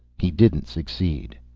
he didn't succeed.